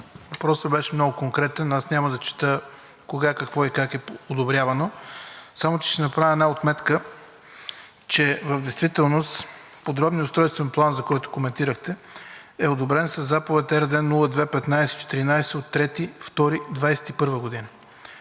въпросът беше много конкретен, аз няма да чета кога, какво и как е подобрявано, само ще направя една отметка, че в действителност подробният устройствен план, който коментирахте, е одобрен със Заповед № РД-02-15-14 от 03.02.2021 г.,